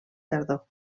tardor